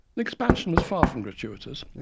expansion was far from gratuitous.